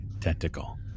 tentacle